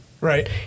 Right